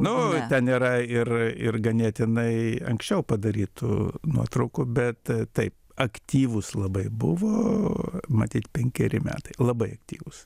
nu ten yra ir ir ganėtinai anksčiau padarytų nuotraukų bet taip aktyvūs labai buvo matyt penkeri metai labai aktyvūs